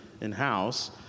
in-house